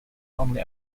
only